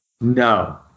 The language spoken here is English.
No